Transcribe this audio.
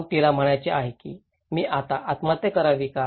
मग तिला म्हणायचं आहे की मी आता आत्महत्या करावी का